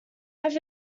have